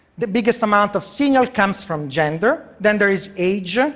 the biggest amount of signal comes from gender, then there is age,